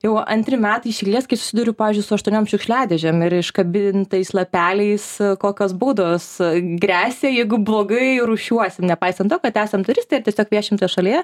jau antri metai iš eilės kai susiduriu pavyzdžiui su aštuoniom šiukšliadėžėm ir iškabintais lapeliais kokios baudos gresia jeigu blogai rūšiuosim nepaisant to kad esam turistai ir tiesiog viešim toj šalyje